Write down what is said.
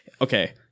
okay